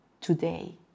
today